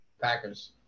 Packers